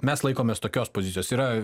mes laikomės tokios pozicijos yra